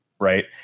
right